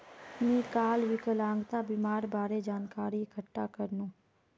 मी काल विकलांगता बीमार बारे जानकारी इकठ्ठा करनु